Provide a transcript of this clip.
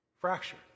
fractured